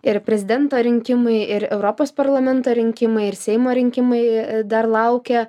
ir prezidento rinkimai ir europos parlamento rinkimai ir seimo rinkimai dar laukia